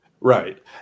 Right